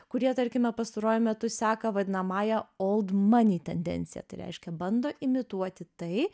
kurie tarkime pastaruoju metu seka vadinamąja old mani tendencija tai reiškia bando imituoti tai